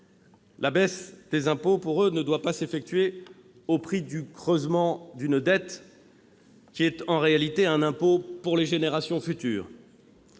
la baisse des impôts ne doit pas s'effectuer au prix du creusement d'une dette qui est en réalité un impôt pour les générations futures.